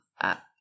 up